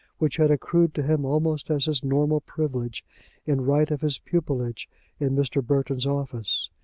which had accrued to him almost as his normal privilege in right of his pupilage in mr. burton's office.